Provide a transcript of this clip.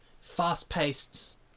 fast-paced